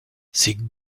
ces